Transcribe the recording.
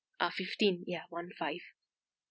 ah fifteen ya one five